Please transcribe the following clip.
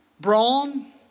Brawn